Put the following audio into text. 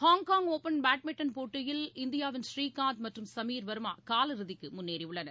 Hong Kong open badminton போட்டியின் இந்தியாவின் ஸ்ரீகாந்த் மற்றும் சமிர்வர்மாகாலிறுதிக்குமுன்னேறிஉள்ளனர்